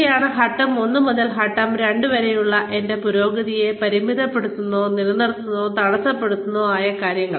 ഇവയാണ് ഘട്ടം ഒന്ന് മുതൽ ഘട്ടം രണ്ട് വരെയുള്ള എന്റെ പുരോഗതിയെ പരിമിതപ്പെടുത്തുന്നതോ നിർത്തുന്നതോ തടസ്സപ്പെടുത്തുന്നതോ ആയ കാര്യങ്ങൾ